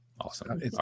Awesome